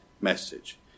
message